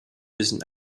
müssen